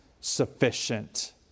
sufficient